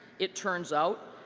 it turns out,